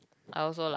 I also like